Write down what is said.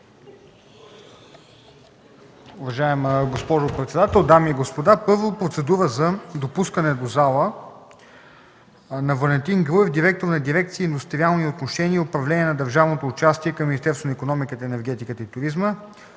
Уважаема госпожо председател, дами и господа! Първо, процедура за допускане до пленарната зала на Валентин Груев – директор на дирекция „Индустриални отношения и управление на държавното участие” към Министерството на икономиката, енергетиката и туризма,